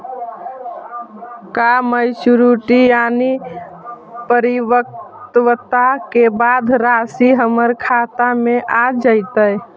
का मैच्यूरिटी यानी परिपक्वता के बाद रासि हमर खाता में आ जइतई?